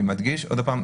אני מדגיש עוד פעם,